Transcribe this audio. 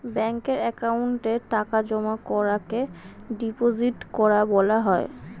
ব্যাঙ্কের অ্যাকাউন্টে টাকা জমা করাকে ডিপোজিট করা বলা হয়